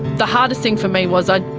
the hardest thing for me was i,